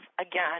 again